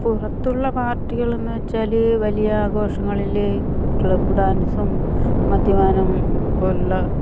പുറത്തുള്ള പാർട്ടികൾ എന്ന് വച്ചാല് വലിയ ആഘോഷങ്ങളില് ക്ലബ് ഡാൻസും മദ്യപാനം പോലുള്ള